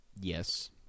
yes